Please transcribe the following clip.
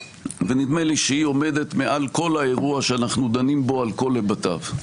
ונדמה לי שהיא עומדת מעל כל האירוע שאנחנו דנים בו על כל היבטיו.